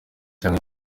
tanga